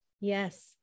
Yes